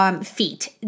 Feet